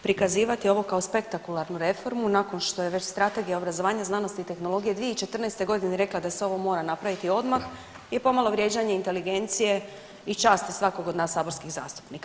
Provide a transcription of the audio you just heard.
Prikazivati ovo kao spektakularnu reformu nakon što je već Strategija obrazovanja, znanosti i tehnologije 2014. rekla da se ovo mora napraviti odmah je pomalo vrijeđanje inteligencije i časti svakog od nas saborskih zastupnika.